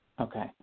Okay